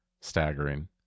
staggering